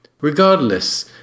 Regardless